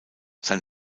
sein